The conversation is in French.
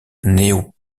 néo